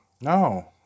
No